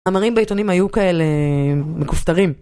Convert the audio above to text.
מאמרים בעיתונים היו כאלה מכופתרים.